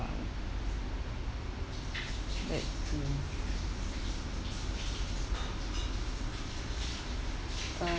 let's see uh